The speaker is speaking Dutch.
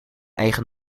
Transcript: eigen